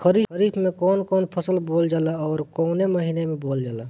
खरिफ में कौन कौं फसल बोवल जाला अउर काउने महीने में बोवेल जाला?